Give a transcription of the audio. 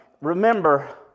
Remember